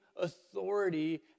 authority